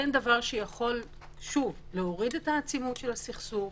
דבר שיכול להוריד את העצימות של הסכסוך,